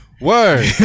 word